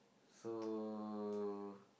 so